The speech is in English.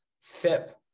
FIP